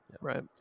right